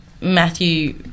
Matthew